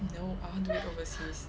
no I want to do it overseas